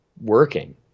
working